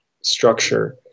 structure